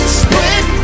split